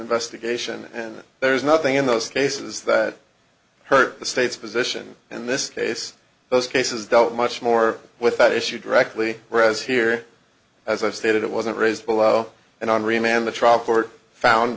investigation and that there is nothing in those cases that hurt the state's position in this case those cases dealt much more with that issue directly whereas here as i stated it wasn't raised below and on